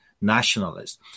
nationalists